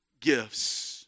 gifts